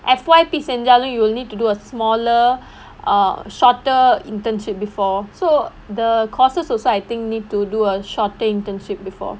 F_Y_P செஞ்சாலும்:senjaalum you will need to do a smaller err shorter internship before so the courses also I think need to do a shorter internship before